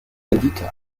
rendite